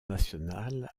nationales